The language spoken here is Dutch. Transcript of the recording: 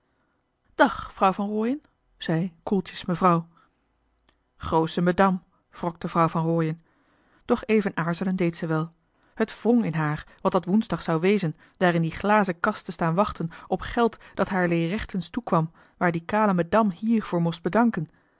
dag vrouw van rooien zei koeltjes mevrouw groo'sche medam wrokte vrouw van rooien doch even aarzelen deed ze wel het wrong in haar wat dat woensdag zou wezen daar in die glazen kast te staan wachten op geld dat haarlee rechtens toekwam waar die kale medam hier voor most bedanken